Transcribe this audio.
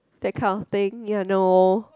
that kind of thing ya no